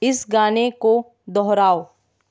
इस गाने को दोहराओ